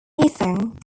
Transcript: anything